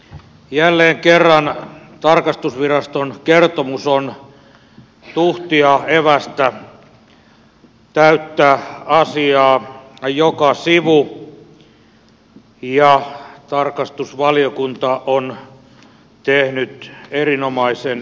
jälleen kerran tarkastusviraston kertomus on tuhtia evästä täyttä asiaa joka sivu ja tarkastusvaliokunta on tehnyt erinomaisen mietinnön